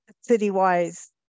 city-wise